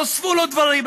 נוספו לו דברים,